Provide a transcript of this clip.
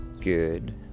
Good